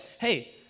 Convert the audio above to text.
hey